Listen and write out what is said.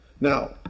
Now